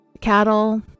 cattle